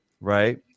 right